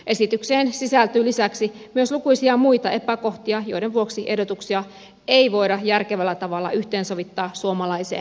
esitykseen sisältyy lisäksi myös lukuisia muita epäkohtia joiden vuoksi ehdotuksia ei voida järkevällä tavalla yhteensovittaa suomalaiseen oikeusjärjestelmään